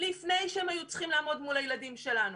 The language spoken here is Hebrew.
לפני שהן היו צריכות לעמוד מול הילדים שלנו.